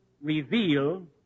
reveal